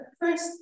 first